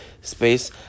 Space